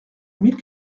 mille